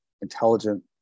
intelligent